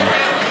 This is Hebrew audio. לא, כן, כן,